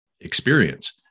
experience